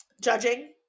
Judging